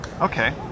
Okay